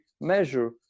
measure